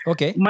Okay